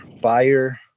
fire